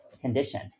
condition